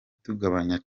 tugabanya